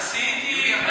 עשיתי,